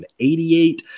188